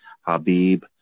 Habib